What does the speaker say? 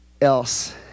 else